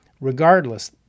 Regardless